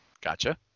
Gotcha